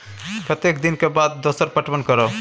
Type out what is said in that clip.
कतेक दिन के बाद दोसर पटवन करब?